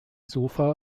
sofa